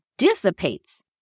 dissipates